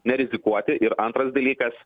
nerizikuoti ir antras dalykas